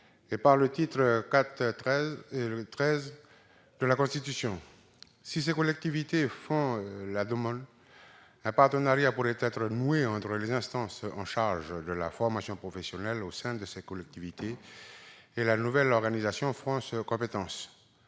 et par le titre XIII de la Constitution. Si ces collectivités en font la demande, un partenariat pourrait être noué entre les instances en charge de la formation professionnelle au sein de ces collectivités et le nouvel organisme France compétences.